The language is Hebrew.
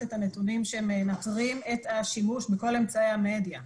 את הנתונים שמנטרים את השימוש בכל אמצעי המדיה.